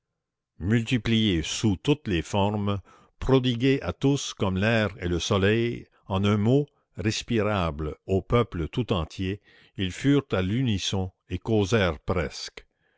multiplié sous toutes les formes prodigué à tous comme l'air et le soleil en un mot respirable au peuple tout entier ils furent à l'unisson et causèrent presque